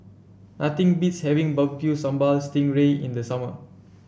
nothing beats having Barbecue Sambal Sting Ray in the summer